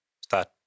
start